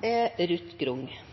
Det